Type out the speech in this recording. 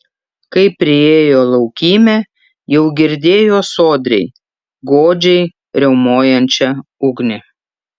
kai priėjo laukymę jau girdėjo sodriai godžiai riaumojančią ugnį